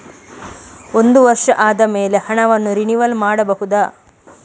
ಒಂದು ವರ್ಷ ಆದಮೇಲೆ ಹಣವನ್ನು ರಿನಿವಲ್ ಮಾಡಬಹುದ?